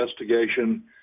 investigation